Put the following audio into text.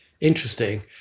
interesting